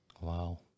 Wow